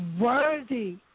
worthy